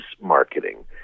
marketing